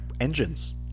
engines